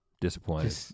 disappointed